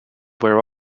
wear